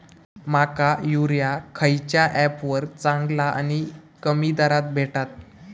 माका युरिया खयच्या ऍपवर चांगला आणि कमी दरात भेटात?